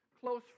close